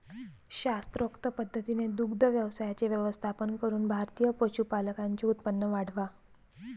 शास्त्रोक्त पद्धतीने दुग्ध व्यवसायाचे व्यवस्थापन करून भारतीय पशुपालकांचे उत्पन्न वाढवा